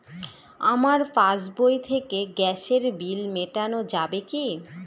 আমার পাসবই থেকে গ্যাসের বিল মেটানো যাবে কি?